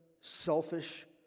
selfish